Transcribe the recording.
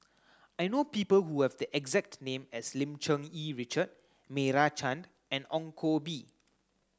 I know people who have the exact name as Lim Cherng Yih Richard Meira Chand and Ong Koh Bee